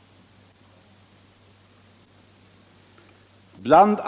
Bl.